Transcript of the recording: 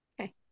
okay